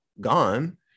gone